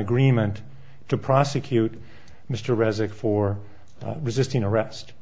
agreement to prosecute mr resig for resisting arrest